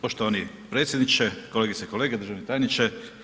Poštovani predsjedniče, kolegice i kolege, državni tajniče.